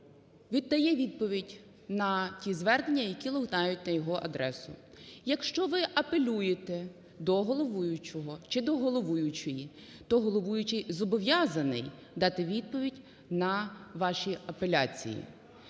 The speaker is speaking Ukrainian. він дає відповідь на ті звернення, які лунають на його адресу. Якщо ви апелюєте до головуючого чи до головуючої, то головуючий зобов'язаний дати відповідь на ваші апеляції.